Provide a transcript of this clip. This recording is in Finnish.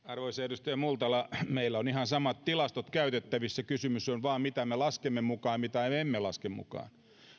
arvoisa edustaja multala meillä on ihan samat tilastot käytettävissä ja kysymys on vain siitä mitä me laskemme mukaan ja mitä me emme laske mukaan